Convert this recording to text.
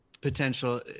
potential